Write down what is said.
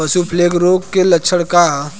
पशु प्लेग रोग के लक्षण का ह?